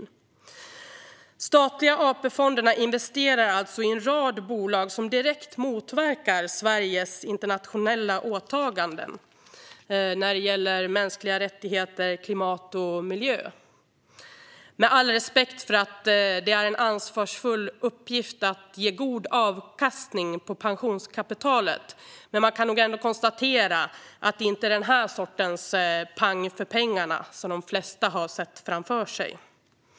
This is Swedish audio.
De statliga AP-fonderna investerar alltså i en rad bolag som direkt motverkar Sveriges internationella åtaganden när det gäller mänskliga rättigheter, klimat och miljö. Med all respekt för att det är en ansvarsfull uppgift att ge god avkastning på pensionskapitalet kan man ändå konstatera att det inte är den här sortens pang för pengarna som de flesta har sett framför sig.